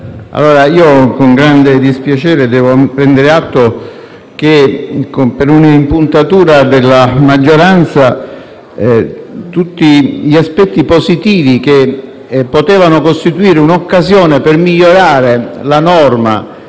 con grande dispiacere devo prendere atto che, per un'impuntatura della maggioranza, tutti gli aspetti positivi che potevano costituire un'occasione per migliorare la norma